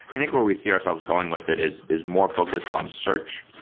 i think where we see ourselves going with it is is more focused on search.